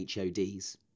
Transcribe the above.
HODs